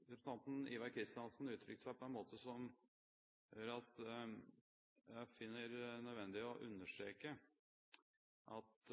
Representanten Ivar Kristiansen uttrykte seg på en måte som gjør at jeg finner det nødvendig å understreke at